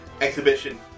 exhibition